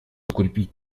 укрепить